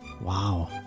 Wow